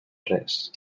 res